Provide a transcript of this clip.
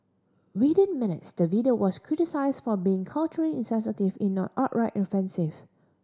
within minutes the video was criticised for being culturally insensitive if not outright offensive